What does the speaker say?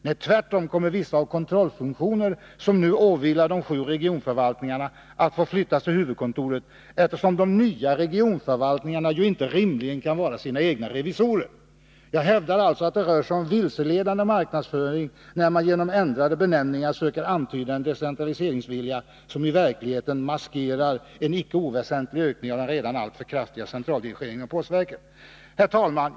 Nej, tvärtom kommer vissa av de kontrollfunktioner som nu åvilar de sju regionförvaltningarna att få överflyttas till huvudkontoret, eftersom de nya regionförvaltningarna inte rimligen kan vara sina egna revisorer! Jag hävdar alltså att det rör sig om vilseledande marknadsföring, när man genom ändrade benämningar söker antyda en decentraliseringsvilja, somi verkligheten maskerar en icke oväsentlig ökning av den redan alltför kraftiga centraldirigeringen inom postverket! Herr talman!